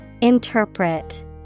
Interpret